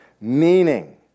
meaning